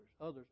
others